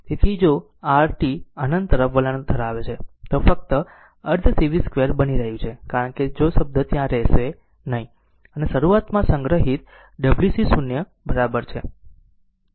તેથી જો r t અનંત તરફ વલણ ધરાવે છે તો તે ફક્ત અર્ધ c v0 2 બની રહ્યું છે કારણ કે આ શબ્દ ત્યાં રહેશે નહીં અને શરૂઆતમાં સંગ્રહિત w c 0 બરાબર છે